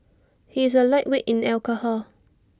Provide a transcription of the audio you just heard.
he is A lightweight in alcohol